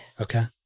Okay